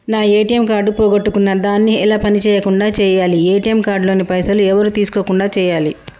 నా ATM card పోగొట్టుకున్నా దాన్ని ఎలా పని చేయకుండా చేయాలి ఏ.టి.ఎమ్ కార్డు లోని పైసలు ఎవరు తీసుకోకుండా చేయాలి?